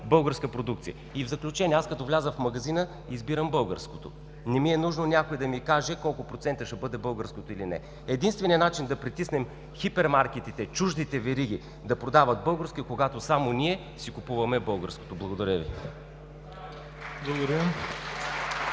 българска продукция. В заключение. Аз като вляза в магазина избирам българското, не ми е нужно някой да ми казва колко процента ще бъде българското или не. Единственият начин да притиснем хипермаркетите, чуждите вериги да продават българско е, когато ние си купуваме българското. Благодаря Ви.